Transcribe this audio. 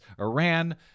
Iran